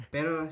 Pero